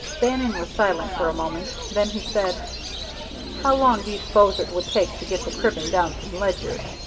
bannon was silent for a moment, then he said how long do you suppose it would take to get the cribbing down from ledyard?